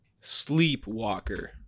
Sleepwalker